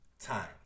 time